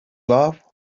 love